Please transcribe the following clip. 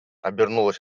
обернулась